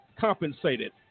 Compensated